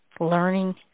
Learning